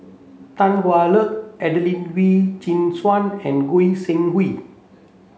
Tan Hwa Luck Adelene Wee Chin Suan and Goi Seng Hui